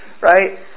Right